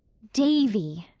davy,